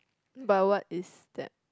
but what is that